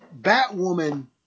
Batwoman